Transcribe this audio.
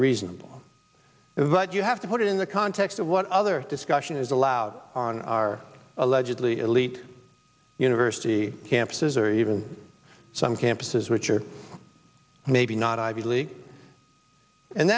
reasonable is that you have to put it in the context of what other discussion is allowed on our allegedly elite university campuses or even some campuses which are maybe not ivy league and